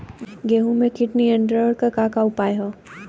गेहूँ में कीट नियंत्रण क का का उपाय ह?